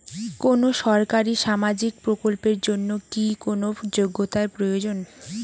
কোনো সরকারি সামাজিক প্রকল্পের জন্য কি কোনো যোগ্যতার প্রয়োজন?